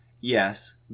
Yes